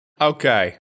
Okay